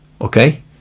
okay